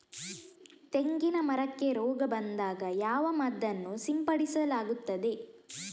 ತೆಂಗಿನ ಮರಕ್ಕೆ ರೋಗ ಬಂದಾಗ ಯಾವ ಮದ್ದನ್ನು ಸಿಂಪಡಿಸಲಾಗುತ್ತದೆ?